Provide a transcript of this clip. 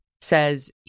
says